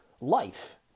life